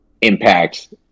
impact